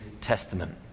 Testament